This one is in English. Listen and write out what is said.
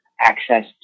access